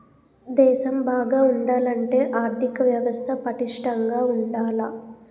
దేశం బాగా ఉండాలంటే ఆర్దిక వ్యవస్థ పటిష్టంగా ఉండాల